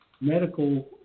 medical